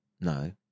No